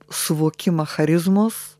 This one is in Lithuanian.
suvokimą charizmos